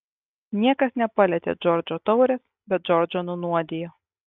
niekas nepalietė džordžo taurės bet džordžą nunuodijo